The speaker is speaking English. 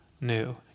new